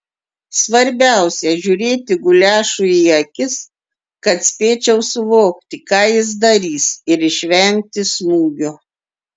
svarbiausia žiūrėti guliašui į akis kad spėčiau suvokti ką jis darys ir išvengti smūgio